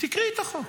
תקראי את החוק.